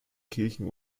kirchen